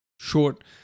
short